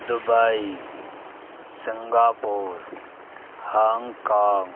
Dubai Singapore Hong Kong